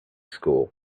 school